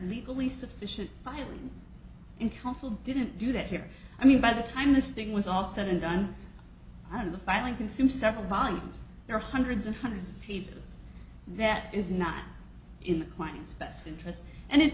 legally sufficient filing and counsel didn't do that here i mean by the time this thing was all said and done on the filing consume several volumes there are hundreds and hundreds of pages that is not in the client's best interest and it